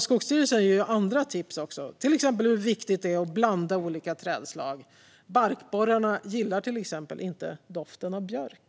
Skogsstyrelsen ger även andra tips, till exempel hur viktigt det är att blanda olika trädslag. Barkborrarna gillar till exempel inte doften av björk.